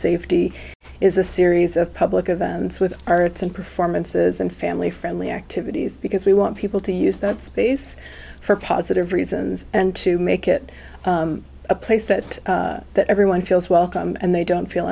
safety is a series of public events with arts and performances and family friendly activities because we want people to use that space for positive reasons and to make it a place that that everyone feels welcome and they don't feel